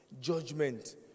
judgment